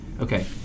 Okay